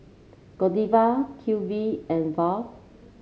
Godiva Q V and Viu